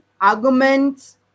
arguments